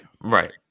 Right